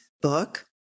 book